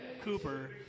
Cooper